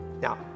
Now